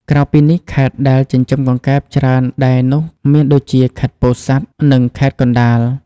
ក្រៅពីនេះ ខេត្តដែលចិញ្ចឹមកង្កែបច្រើនដែរនោះមានដូចជា ខេត្តពោធិ៍សាត់ និង ខេត្តកណ្ដាល។